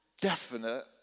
definite